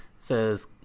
says